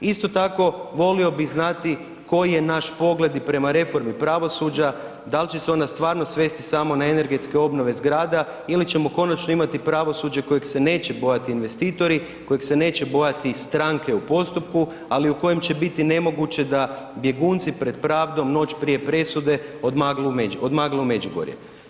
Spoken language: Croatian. Isto tako volio bih znati koji je naš pogled i prema reformi pravosuđa, da li će se ona stvarno svesti samo na energetske obnove zgrada ili ćemo konačno imati pravosuđe kojeg se neće bojati investitori, kojeg se neće bojati stranke u postupku, ali u kojem će biti nemoguće da bjegunci pred pravdom noć prije presude odmagle u Međugorje.